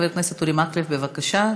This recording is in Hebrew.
חבר הכנסת אורי מקלב, בבקשה.